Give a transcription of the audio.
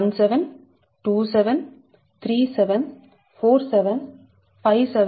17 27 37 47 57 67 అన్ని ఒకటే